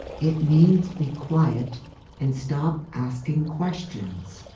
it means be quiet and stop asking questions.